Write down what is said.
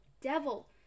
devil